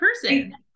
person